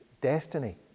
destiny